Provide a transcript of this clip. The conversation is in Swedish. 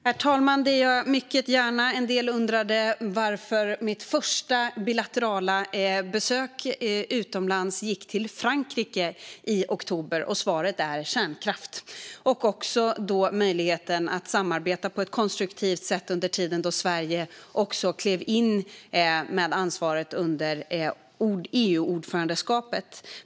Herr talman! Det gör jag mycket gärna. En del undrade varför mitt första bilaterala besök utomlands gick till Frankrike i oktober. Och svaret är kärnkraft och också möjligheten att samarbeta på ett konstruktivt sätt under den tid då Sverige klev in med ansvaret under EU-ordförandeskapet.